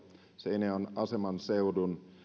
seinäjoen asemanseudun